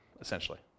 essentially